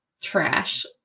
trash